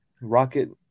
rocket